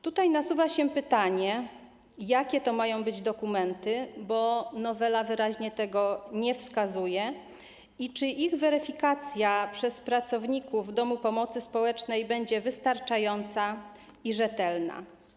Tutaj nasuwa się pytanie, jakie to mają być dokumenty, bo nowela wyraźnie tego nie wskazuje, i czy ich weryfikacja przez pracowników domu pomocy społecznej będzie wystarczająca i rzetelna.